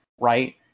right